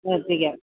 എത്തിക്കാം